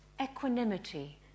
equanimity